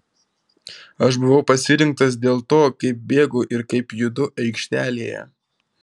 aš buvau pasirinktas dėl to kaip bėgu ir kaip judu aikštelėje